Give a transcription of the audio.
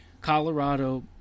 Colorado